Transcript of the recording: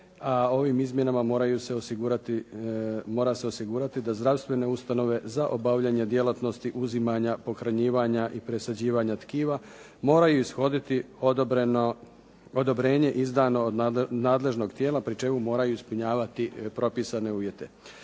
ovim izmjenama mora se osigurati da zdravstvene ustanove za obavljanje djelatnosti uzimanja, pohranjivanja i presađivanja tkiva moraju ishoditi odobrenje izdano od nadležnog tijela, pri čemu moraju ispunjavati propisane uvjete.